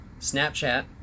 snapchat